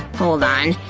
hold on.